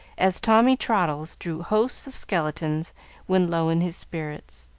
as tommy traddles drew hosts of skeletons when low in his spirits.